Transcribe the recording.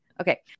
Okay